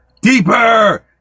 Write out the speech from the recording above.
deeper